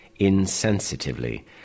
insensitively